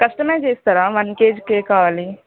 customise చేస్తారా one kg cake కావాలి